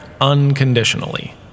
unconditionally